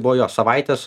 buvo jo savaitės